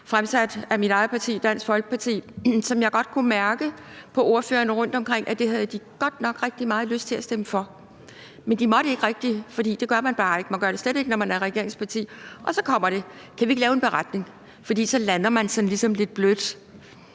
fremsat af mit eget parti, Dansk Folkeparti, som jeg godt har kunnet mærke på ordførerne rundtomkring at de godt nok havde rigtig meget lyst til at stemme for. Men de måtte ikke rigtig, for det gør man jo bare ikke, og man gør det slet ikke, når man er regeringsparti. Og så kommer det: »Kan vi ikke lave en beretning?« For så lander man sådan ligesom lidt blødt.